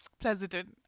President